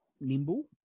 nimble